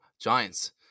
Giants